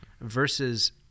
versus